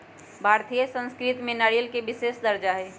भारतीय संस्कृति में नारियल के विशेष दर्जा हई